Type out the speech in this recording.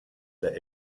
der